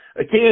again